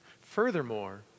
Furthermore